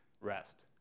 Rest